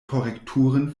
korrekturen